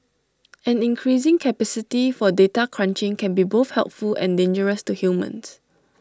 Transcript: an increasing capacity for data crunching can be both helpful and dangerous to humans